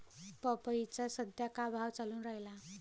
पपईचा सद्या का भाव चालून रायला?